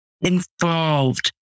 involved